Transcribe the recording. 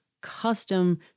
custom